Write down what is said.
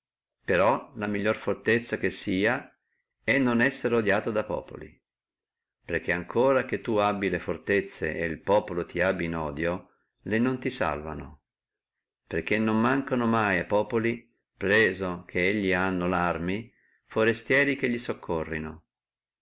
però la migliore fortezza che sia è non essere odiato dal populo perché ancora che tu abbi le fortezze et il populo ti abbi in odio le non ti salvono perché non mancano mai a populi preso che li hanno larmie forestieri che li soccorrino